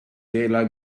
tela